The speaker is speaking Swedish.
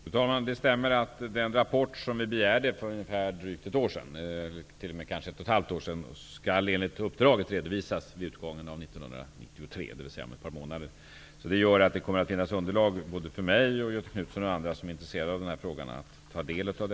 Fru talman! Det stämmer att den rapport som vi begärde för cirka ett och ett halvt år sedan skall redovisas vid utgången av år 1993, dvs. om ett par månader. Det kommer då alltså att finnas ett underlag som jag, Göthe Knutson och andra som är intresserade kan ta del av.